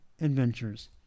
adventures